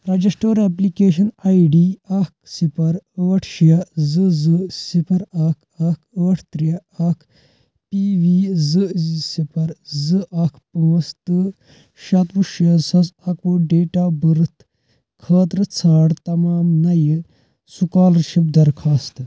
registered application آیۍ D اکھ صِفر ٲٹھ شیٚے زٕ زٕ صِفر اکھ اکھ ٲٹھ ترٛےٚ اکھ پی وی زٕ صِفر زٕ اکھ پانٛژھ تہٕ شتوُہ شیٚے زٕ ساس اکوُہ ڈیٹ آف بٔرتھ خٲطرٕ ژھار تمام نٔیہِ سُکالرشپ درخاستہٕ